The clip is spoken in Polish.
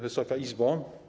Wysoka Izbo!